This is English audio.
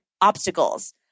obstacles